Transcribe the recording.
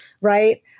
right